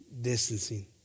distancing